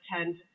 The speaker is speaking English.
attend